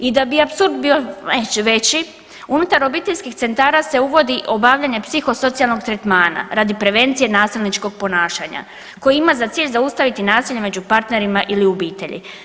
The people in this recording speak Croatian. I da bi apsurd bio veći unutar obiteljskih centara se uvodi obavljanje psihosocijalnog tretmana radi prevencije nasilničkog ponašanja koji ima za cilj zaustaviti nasilje među partnerima ili u obitelji.